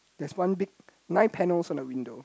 there's one big nine panels on the window